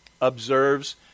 observes